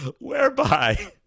whereby